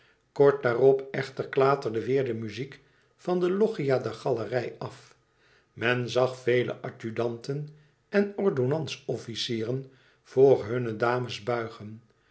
kort daarop echter klaterde weêr de muziek van de loggia der galerij af men zag vele adjudanten en ordonnans officieren voor hunne dames buigen